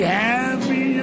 happy